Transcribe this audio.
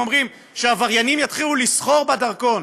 אומרים שעבריינים יתחילו לסחור בדרכון?